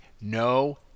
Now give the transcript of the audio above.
No